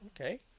Okay